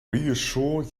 reassure